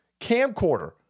camcorder